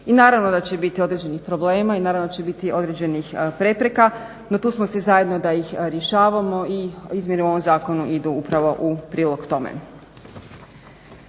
I naravno da će biti određenih problema i naravno da će biti određenih prepreka. No, tu smo svi zajedno da ih rješavamo i izmjene u ovom zakonu idu upravo u prilog tome.